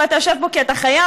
ואתה יושב פה כי אתה חייב,